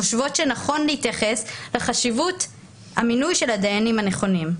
חושבות שנכון להתייחס לחשיבות המינוי של הדיינים הנכונים.